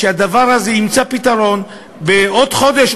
שהדבר הזה ימצא פתרון בעוד חודש,